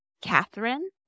Catherine